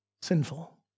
sinful